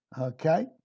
Okay